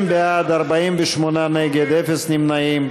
60, בעד, 48, נגד, אפס נמנעים.